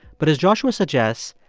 but as joshua suggests,